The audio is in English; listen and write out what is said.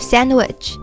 Sandwich